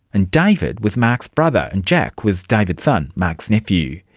and david was mark's brother and jack was david's son, mark's nephew.